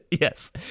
Yes